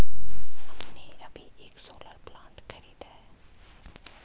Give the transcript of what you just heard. हमने अभी एक सोलर प्लांट खरीदा है